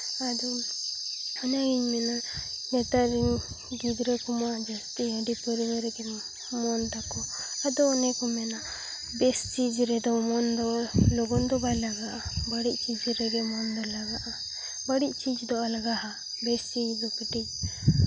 ᱟᱫᱚ ᱚᱱᱟᱜᱤᱧ ᱢᱮᱱᱟ ᱱᱮᱛᱟᱨ ᱨᱮᱱ ᱜᱤᱫᱽᱨᱟᱹ ᱠᱚᱢᱟ ᱡᱟᱹᱥᱛᱤ ᱦᱟᱺᱰᱤ ᱯᱟᱹᱣᱨᱟᱹ ᱨᱮᱜᱮ ᱢᱚᱱ ᱛᱟᱠᱚ ᱟᱫᱚ ᱚᱱᱮ ᱠᱚ ᱢᱮᱱᱟ ᱵᱮᱥ ᱪᱤᱡᱽ ᱨᱮᱫᱚ ᱢᱚᱱ ᱫᱚ ᱞᱚᱜᱚᱱ ᱫᱚ ᱵᱟᱭ ᱞᱟᱜᱟᱜᱼᱟ ᱵᱟᱹᱲᱤᱡ ᱪᱤᱡᱽ ᱨᱮᱜᱮ ᱢᱚᱱᱫᱚ ᱞᱟᱜᱟᱜᱼᱟ ᱵᱟᱹᱲᱤᱡ ᱪᱤᱡᱽ ᱫᱚ ᱟᱞᱜᱟᱼᱟ ᱵᱮᱥ ᱪᱤᱡᱽ ᱫᱚ ᱠᱟᱹᱴᱤᱡ